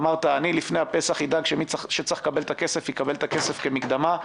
אמרת: אני לפני הפסח אדאג שמי שצריך לקבל את הכסף יקבל את הכסף כמקדמה,